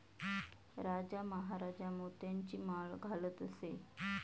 राजा महाराजा मोत्यांची माळ घालत असे